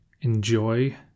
enjoy